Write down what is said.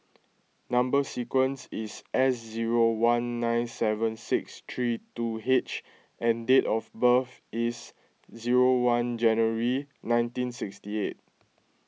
Number Sequence is S zero one nine seven six three two H and date of birth is zero one January nineteen sixty eight